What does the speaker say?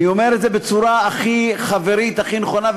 אני אומר את זה בצורה הכי חברית, הכי נכונה.